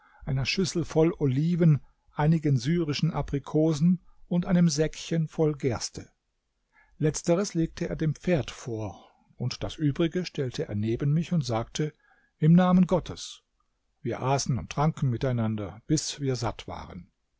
einer schüssel voll oliven einigen syrischen aprikosen und einem säckchen voll gerste letzteres legte er dem pferd vor und das übrige stellte er neben mich und sagte im namen gottes wir aßen und tranken miteinander bis wir satt waren